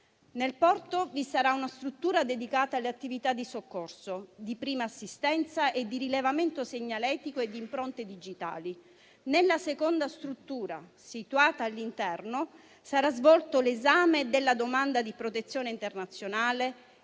Nel porto vi sarà una struttura dedicata alle attività di soccorso, di prima assistenza, di rilevamento segnaletico e di impronte digitali. Nella seconda struttura, situata all'interno, sarà svolto l'esame della domanda di protezione internazionale